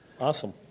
awesome